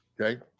Okay